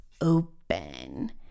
open